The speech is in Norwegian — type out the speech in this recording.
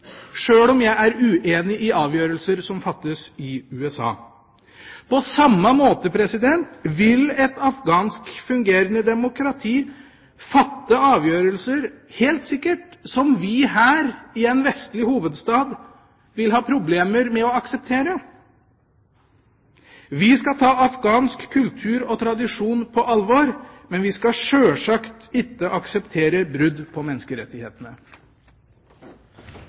sjøl om jeg er uenig i avgjørelser som fattes i USA. På samme måte vil et afghansk fungerende demokrati helt sikkert fatte avgjørelser som vi her i en vestlig hovedstad vil ha problemer med å akseptere. Vi skal ta afghansk kultur og tradisjon på alvor, men vi skal sjølsagt ikke akseptere brudd på menneskerettighetene.